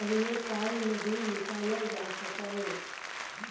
पहिने पाइ नहि निकालल जा सकैए